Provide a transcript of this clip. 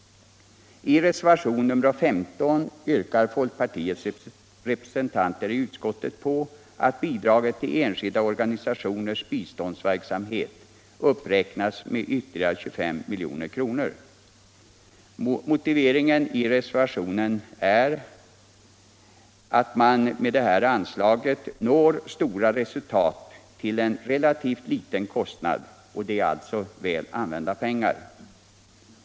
I reservationen 15 yrkar folkpartiets representanter i utskottet på att bidraget till enskilda organisationers biståndsverksamhet uppräknas med ytterligare 25 milj.kr. Motiveringen i reservationen är att man med det här anslaget når stora resultat till en relativt liten kostnad. Det är alltså väl använda pengar.